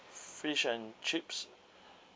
fish and chips